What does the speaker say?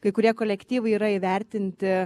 kai kurie kolektyvai yra įvertinti